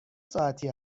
ساعتی